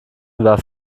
war